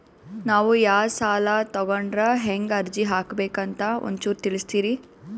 ನಾವು ಯಾ ಸಾಲ ತೊಗೊಂಡ್ರ ಹೆಂಗ ಅರ್ಜಿ ಹಾಕಬೇಕು ಅಂತ ಒಂಚೂರು ತಿಳಿಸ್ತೀರಿ?